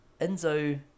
Enzo